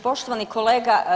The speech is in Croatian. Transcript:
Poštovani kolega.